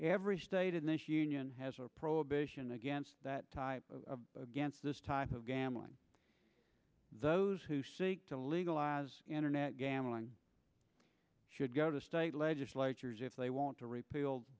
every state in this union has a prohibition against that type of against this type of gambling those who seek to legalize internet gambling should go to state legislatures if they want to re